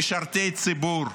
משרתי ציבור,